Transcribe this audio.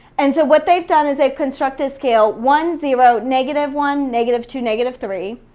and so what they've done is a constructive scale one, zero, negative one, negative two, negative three.